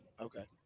Okay